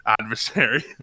adversary